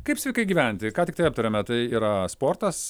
kaip sveikai gyventi ką tiktai aptarėme tai yra sportas